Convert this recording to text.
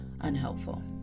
unhelpful